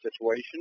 situation